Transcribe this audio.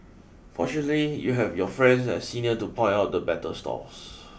fortunately you have your friends and senior to point out the better stalls